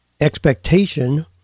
expectation